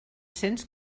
cents